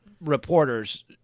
reporters